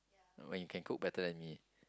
when you can cook better than me